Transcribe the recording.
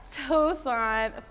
Tucson